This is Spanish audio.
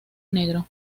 negro